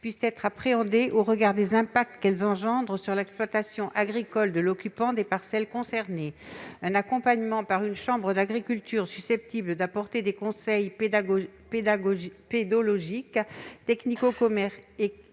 puissent être appréhendés au regard des impacts qu'elles engendrent sur l'exploitation agricole de l'occupant des parcelles concernées. Un accompagnement par une chambre d'agriculture susceptible d'apporter des conseils pédologiques, technico-économiques